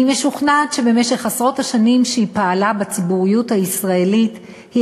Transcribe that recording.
אני משוכנעת שבמשך עשרות השנים שהיא פעלה בציבוריות הישראלית היא